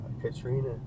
Katrina